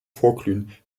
vorglühen